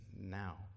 now